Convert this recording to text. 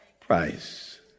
price